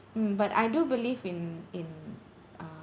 mm but I do believe in in uh